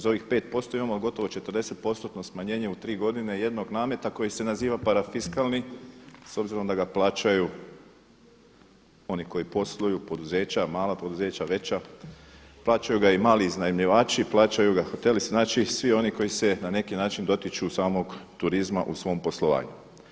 Za ovih 5 posto imamo gotovo 40 postotno smanjenje u tri godine jednog nameta koji se naziva parafiskalni s obzirom da ga plaćaju oni koji posluju, poduzeća, mala poduzeća, veća, plaćaju ga i mali iznajmljivači, plaćaju ga hoteli, znači svi oni koji se na neki način dotiču samog turizma u svom poslovanju.